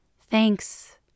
Thanks